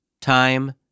Time